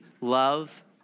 love